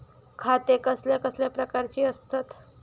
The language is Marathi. खाते कसल्या कसल्या प्रकारची असतत?